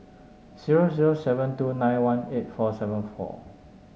zero zero seven two nine one eight four seven four